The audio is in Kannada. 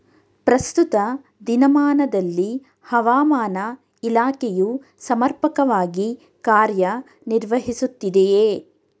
ಪ್ರಸ್ತುತ ದಿನಮಾನದಲ್ಲಿ ಹವಾಮಾನ ಇಲಾಖೆಯು ಸಮರ್ಪಕವಾಗಿ ಕಾರ್ಯ ನಿರ್ವಹಿಸುತ್ತಿದೆಯೇ?